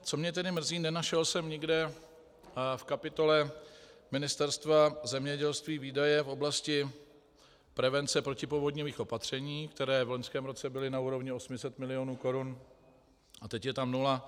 Co mne tedy mrzí, nenašel jsem nikde v kapitole Ministerstva zemědělství výdaje v oblasti prevence protipovodňových opatření, které v loňském roce byly na úrovni 800 mil. korun, a teď je tam nula.